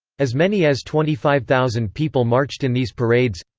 as many as twenty five thousand people marched in these parades